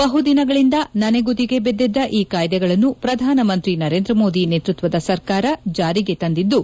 ಬಹುದಿನಗಳಿಂದ ನನೆಗುದಿಗೆ ಬಿದ್ದಿದ್ದ ಈ ಕಾಯ್ದೆಗಳನ್ನು ಪ್ರಧಾನಮಂತ್ರಿ ನರೇಂದ್ರ ಮೋದಿ ನೇತೃತ್ವದ ಸರ್ಕಾರ ಜಾರಿಗೆ ತಂದಿದ್ದು